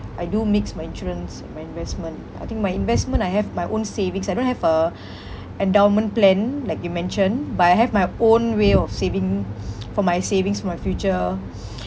I do mix my insurance and my investment I think my investment I have my own savings I don't have a endowment plan like you mentioned but I have my own way of saving for my savings for my future